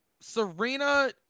Serena